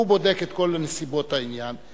הוא בודק את כל נסיבות העניין.